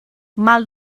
mal